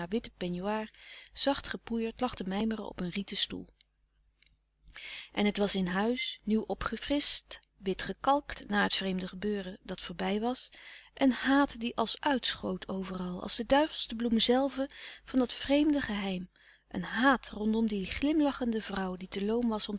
op een rieten stoel ouis ouperus e stille kracht en het was in huis nieuw opgefrischt wit gekalkt na het vreemde gebeuren dat voorbij was een haat die als uitschoot overal als de duivelsche bloem zelve van dat vreemde geheim een haat rondom die glimlachende vrouw die te loom was om